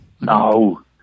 No